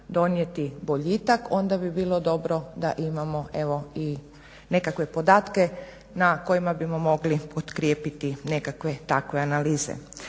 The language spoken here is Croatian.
donijeti boljitak onda bi bilo dobro da imamo i nekakve podatke na kojima bimo mogli potkrijepiti nekakve takve analize.